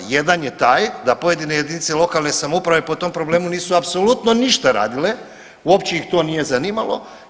Jedan je taj da pojedine jedinice lokalne samouprave po tom problemu nisu apsolutno ništa radile, uopće ih to nije zanimalo.